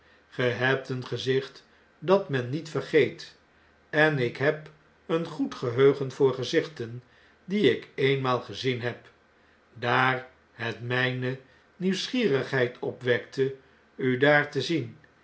ge hebt een gezicht dat men niet vergeet en ik heb een goed geheugen voor gezichten die ik eenmaal gezien heb daar het mijne nieuwsgierigheid opwekte u daar te zien